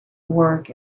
work